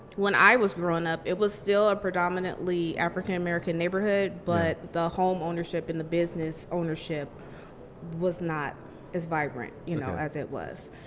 when i was growing up it was still a predominantly african american neighborhood, but the homeownership and the business ownership was not as vibrant you know as it was.